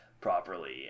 properly